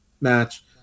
match